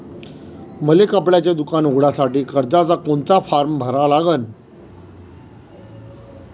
मले कपड्याच दुकान उघडासाठी कर्जाचा कोनचा फारम भरा लागन?